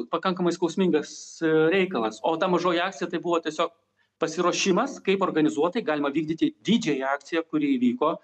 pakankamai skausmingas reikalas o ta mažoji akcija tai buvo tiesiog pasiruošimas kaip organizuotai galima vykdyti didžiąją akciją kuri įvyko